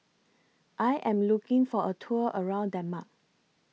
I Am looking For A Tour around Denmark